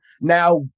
now